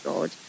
God